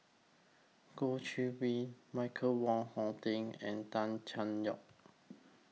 Goh Chiew Hui Michael Wong Hong Teng and Tan Cheng Lock